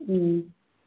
ம்